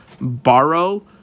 borrow